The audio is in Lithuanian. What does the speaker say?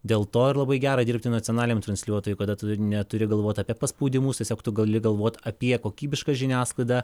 dėl to labai gera dirbti nacionaliniam transliuotojui kada tu neturi galvoti apie paspaudimus tiesiog tu gali galvot apie kokybišką žiniasklaidą